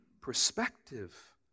perspective